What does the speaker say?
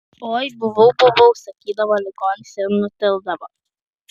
oi buvau buvau sakydavo ligonis ir nutildavo